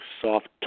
soft